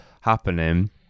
happening